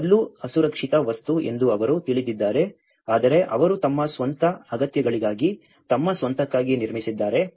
ಕಲ್ಲು ಅಸುರಕ್ಷಿತ ವಸ್ತು ಎಂದು ಅವರು ತಿಳಿದಿದ್ದಾರೆ ಆದರೆ ಅವರು ತಮ್ಮ ಸ್ವಂತ ಅಗತ್ಯಗಳಿಗಾಗಿ ತಮ್ಮ ಸ್ವಂತಕ್ಕಾಗಿ ನಿರ್ಮಿಸಿದ್ದಾರೆ